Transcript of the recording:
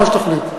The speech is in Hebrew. מה שתחליט.